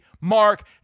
Mark